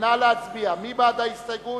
מי בעד ההסתייגות?